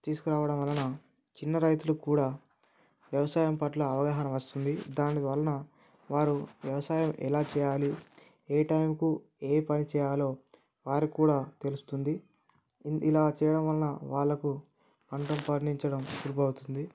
తీసుకురావడం వలన చిన్న రైతులకు కూడా వ్యవసాయం పట్ల అవగాహన వస్తుంది దాని వలన వారు వ్యవసాయం ఎలా చేయాలి ఏ టైంకు ఏ పని చేయాలో వారికి కూడా తెలుస్తుంది ఇలా చేయడం వలన వాళ్లకు పంటను పండించడం సులభం అవుతుంది